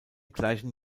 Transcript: gleichen